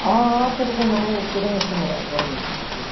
ആ ആ ചെറുക്കൻ നമ്മളെ സ്ഥിരം കസ്റ്റമറാണ് പറഞ്ഞോ ശരി